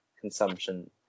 consumption